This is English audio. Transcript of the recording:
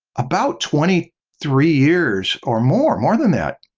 about twenty three years or more. more than that.